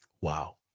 Wow